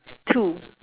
two